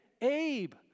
Abe